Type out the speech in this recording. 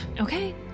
Okay